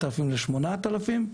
מ-4,000 ל-8,000,